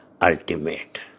ultimate